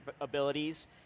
abilities